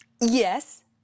Yes